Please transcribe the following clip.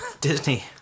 Disney